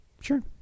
sure